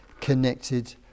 connected